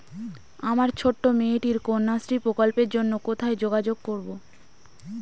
আমার ছোট্ট মেয়েটির কন্যাশ্রী প্রকল্পের জন্য কোথায় যোগাযোগ করব?